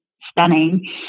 stunning